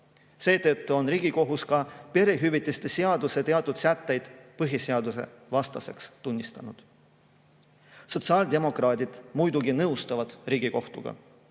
Seetõttu on Riigikohus ka perehüvitiste seaduse teatud sätteid põhiseadusvastaseks tunnistanud. Sotsiaaldemokraadid muidugi nõustuvad Riigikohtuga.